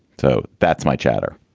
so that's my chatter.